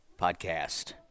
podcast